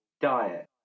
diet